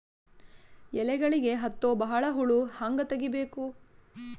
ಎಲೆಗಳಿಗೆ ಹತ್ತೋ ಬಹಳ ಹುಳ ಹಂಗ ತೆಗೀಬೆಕು?